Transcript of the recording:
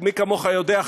מי כמוך יודע,